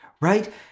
right